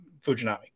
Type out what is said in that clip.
Fujinami